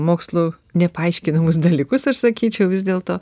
mokslų nepaaiškinamus dalykus aš sakyčiau vis dėlto